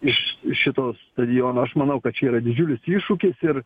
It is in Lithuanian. iš šito stadiono aš manau kad čia yra didžiulis iššūkis ir